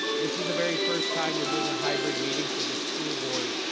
this is the very first time we're doing a hybrid meeting for this school board.